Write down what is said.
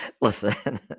Listen